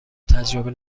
تجربه